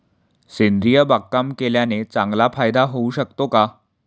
सेंद्रिय बागकाम केल्याने चांगला फायदा होऊ शकतो का?